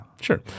Sure